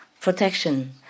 protection